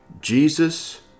Jesus